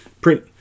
print